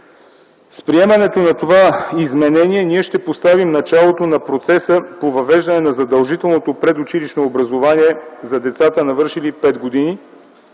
С приемането на това изменение ние ще поставим началото на процеса по въвеждане на задължителното предучилищно образование за децата, навършили 5 години,